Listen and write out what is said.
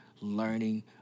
learning